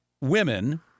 women